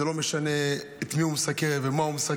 זה לא משנה את מי הוא מסקר, את מה הוא מסקר.